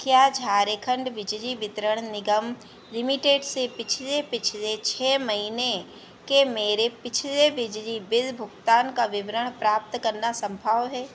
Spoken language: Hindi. क्या झारखण्ड बिजली वितरण निगम लिमिटेड से पिछले पिछले छह महीने के मेरे पिछले बिजली बिल भुगतान का विवरण प्राप्त करना सम्भव है